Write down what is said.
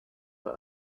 what